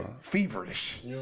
feverish